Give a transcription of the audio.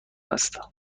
است